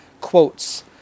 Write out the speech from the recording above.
quotes